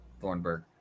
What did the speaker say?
Thornburg